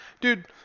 Dude